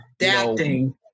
Adapting